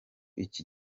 iki